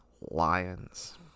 Lions